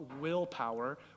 willpower